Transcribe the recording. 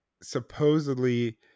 supposedly